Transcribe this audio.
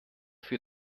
für